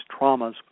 traumas